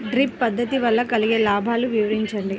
Drip పద్దతి వల్ల కలిగే లాభాలు వివరించండి?